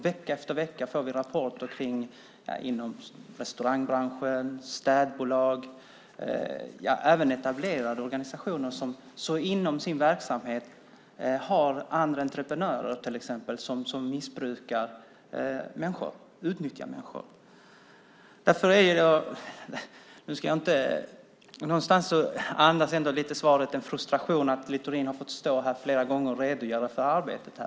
Vecka efter vecka får vi rapporter om att det förekommer i restaurangbranschen, i städbolag och även i etablerade organisationer som i sin verksamhet använder entreprenörer som utnyttjar människor. På något sätt andas svaret en frustration över att Littorin flera gånger fått stå i kammaren och redogöra för arbetet.